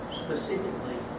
specifically